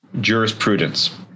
jurisprudence